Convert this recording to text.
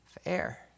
fair